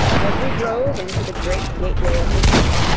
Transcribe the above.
as we drove into the great gateway of the inn,